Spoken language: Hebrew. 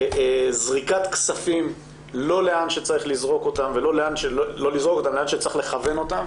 זריקת כספים לא לאן שצריך לכוון אותם